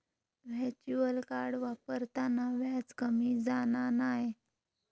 virtual card वापरताना व्याज कमी जाणा नाय